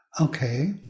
Okay